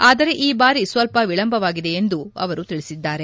ಆದರೆ ಈ ಬಾರಿ ಸ್ವಲ್ಪ ವಿಳಂಬವಾಗಿದೆ ಎಂದು ಅವರು ತಿಳಿಸಿದ್ದಾರೆ